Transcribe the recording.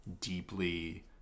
deeply